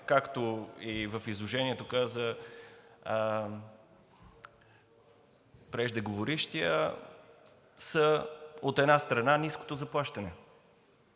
както и в изложението каза преждеговорившият, са, от една страна, ниското заплащане,